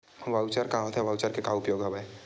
Voucher का होथे voucher के का उपयोग हवय?